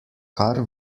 kar